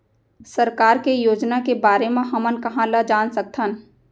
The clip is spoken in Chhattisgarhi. सरकार के योजना के बारे म हमन कहाँ ल जान सकथन?